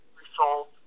result